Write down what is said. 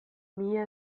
mila